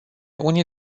unii